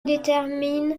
détermine